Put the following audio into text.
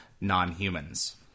non-humans